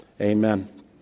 amen